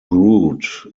brewed